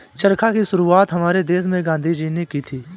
चरखा की शुरुआत हमारे देश में गांधी जी ने की थी